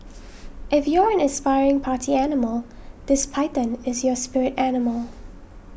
if you're an aspiring party animal this python is your spirit animal